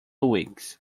weeks